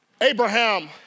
Abraham